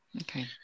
Okay